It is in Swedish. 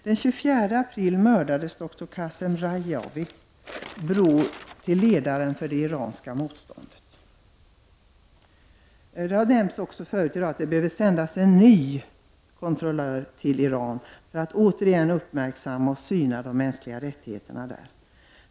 Det har redan tidigare i dag nämnts att det behöver sändas en ny kontrollör till Iran för att återigen uppmärksamma och syna de mänskliga rättigheterna där.